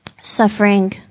Suffering